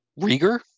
Rieger